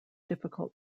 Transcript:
difficult